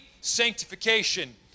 sanctification